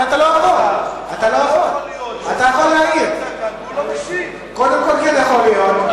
אני מאוד מכבד את סגן השר, אתה לא יכול להציע.